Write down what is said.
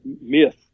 myth